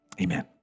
amen